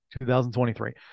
2023